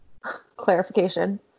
clarification